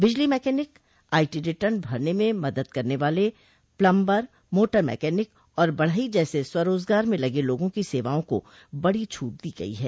बिजली mechanic IT return भरने में मदद करने वालों प्लंबर मोटर मैकेनिक और बढ़ई जैसे स्वरोजगार में लगे लोगों की सेवाओं को बड़ी छूट दी गई है